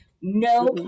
no